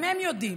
גם הם יודעים.